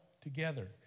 together